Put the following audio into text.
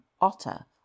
otter